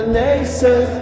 nation